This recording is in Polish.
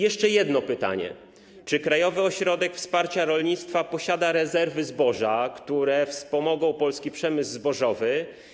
Jeszcze jedno pytanie: Czy Krajowy Ośrodek Wsparcia Rolnictwa posiada rezerwy zboża, które wspomogą polski przemysł zbożowy?